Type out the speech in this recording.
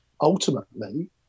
ultimately